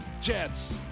Jets